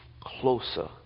closer